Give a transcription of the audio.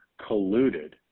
colluded